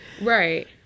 Right